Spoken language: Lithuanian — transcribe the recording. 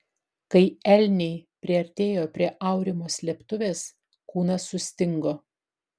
kai elniai priartėjo prie aurimo slėptuvės kūnas sustingo